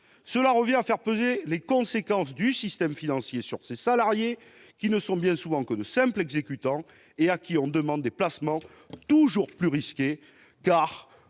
Cela revient à faire peser les conséquences du système financier sur ces salariés qui ne sont bien souvent que de simples exécutants, et auxquels on demande de faire des placements toujours plus risqués, car